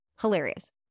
Hilarious